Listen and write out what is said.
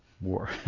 war